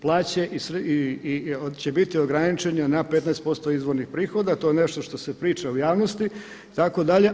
Plaće će biti ograničene na 15% izvornih prihoda, to je nešto što se priča u javnosti itd.